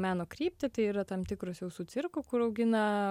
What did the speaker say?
meno kryptį tai yra tam tikros jau su cirku kur augina